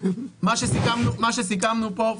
מה שסיכמנו פה,